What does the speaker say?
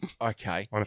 okay